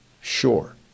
sure